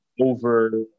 over